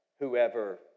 whoever